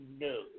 no